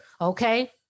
Okay